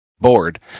board